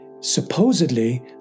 supposedly